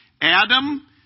Adam